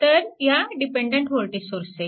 तर ह्या dependent voltage सोर्सचे